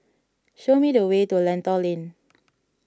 show me the way to Lentor Lane